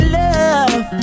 love